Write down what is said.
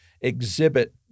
exhibit